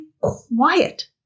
quiet